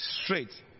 straight